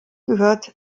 gehört